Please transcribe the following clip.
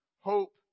hope